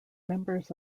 members